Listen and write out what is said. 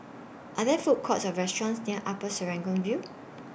Are There Food Courts Or restaurants near Upper Serangoon View